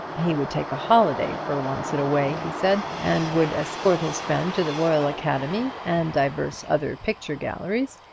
he would take a holiday for once in a way, he said, and would escort his friend to the royal academy, and divers other picture-galleries,